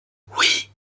oui